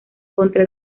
contra